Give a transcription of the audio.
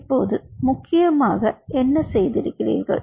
இப்போது முக்கியமாக என்ன செய்திருக்கிறீர்கள்